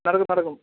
നടക്കും നടക്കും